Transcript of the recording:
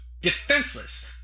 defenseless